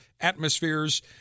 atmospheres